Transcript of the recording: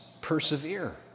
persevere